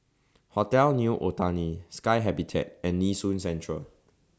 Hotel New Otani Sky Habitat and Nee Soon Central